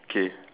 K